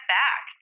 back